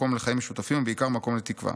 מקום לחיים משותפים ובעיקר מקום לתקווה?